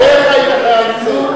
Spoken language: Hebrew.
ועוד איך היית חייל מצטיין.